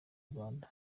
rwanda